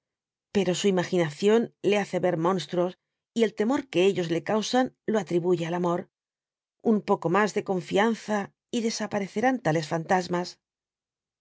pero su imaginación le hace ver monstruos y el temor que ellos le causan lo atribuye al amor un poco mas de confianza y desaparecerán tales fantasmas